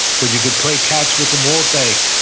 but you could play catch with them all day,